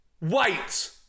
wait